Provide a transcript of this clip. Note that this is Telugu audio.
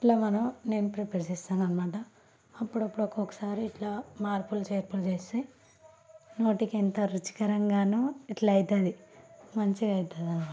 ఇలా మనం నేను ప్రిపేర్ చేస్తానన్నమాట అప్పుడప్పుడు ఒక్కొక్కసారి ఇలా మార్పులు చేర్పులు చేస్తే నోటికి ఎంత రుచికరంగానో ఇలా అవుతుంది మంచిగా అవుతుందన్నమాట